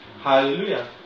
Hallelujah